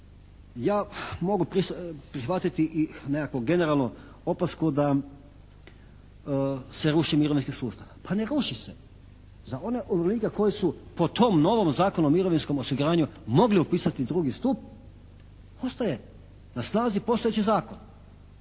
Ja mogu prihvatiti i nekakvu generalnu opasku da se ruši mirovinski sustav. Pa ne ruši se za one umirovljenike koji su po tom novom Zakonu o mirovinskom osiguranju mogli upisati drugi stup ostaje na snazi postojeći zakon,